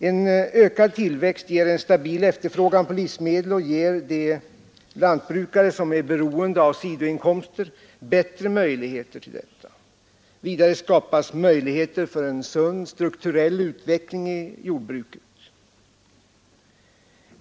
En ökad tillväxt ger en stabil efterfrågan på livsmedel och ger de lantbrukare som är beroende av sidoinkomster bättre möjligheter till detta. Vidare skapas möjligheter för en sund strukturell utveckling i jordbruket.